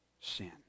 sin